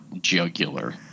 jugular